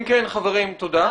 אם כן חברים, תודה.